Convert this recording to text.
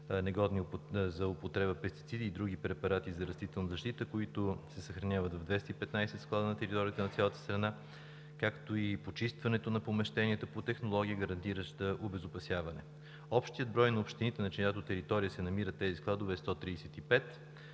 негодни за употреба пестициди и други препарати за растителна защита, които се съхраняват в 215 склада на територията на цялата страна, както и почистването на помещенията по технология, гарантираща обезопасяване. Общият брой на общините, на чиято територия се намират тези складове,